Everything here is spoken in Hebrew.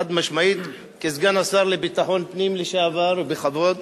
חד-משמעית, כסגן השר לביטחון הפנים לשעבר, בכבוד,